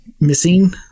missing